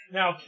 Now